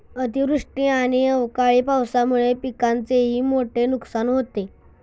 अतिवृष्टी आणि अवकाळी पावसामुळे पिकांचेही मोठे नुकसान होते